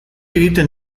egiten